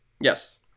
Yes